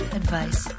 advice